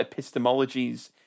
epistemologies